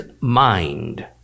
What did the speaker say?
mind